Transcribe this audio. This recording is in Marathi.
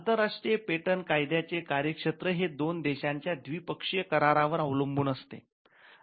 आंतरराष्ट्रीय पेटंट कायद्याचे कार्यक्षेत्र हे दोन देशांच्या द्विपक्षीय करारावर अवलंबून असते